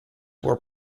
were